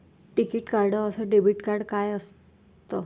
टिकीत कार्ड अस debit card काय असत?